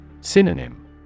Synonym